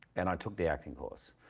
and i took the acting course.